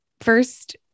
first